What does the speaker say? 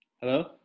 Hello